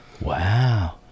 Wow